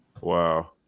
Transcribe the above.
wow